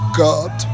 god